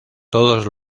todos